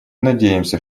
надеемся